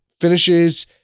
Finishes